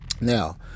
Now